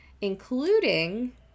Including